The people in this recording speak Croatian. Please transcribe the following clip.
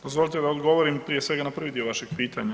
Dozvolite da odgovorim prije svega na prvi dio vašeg pitanja.